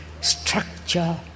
structure